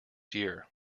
year